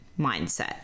mindset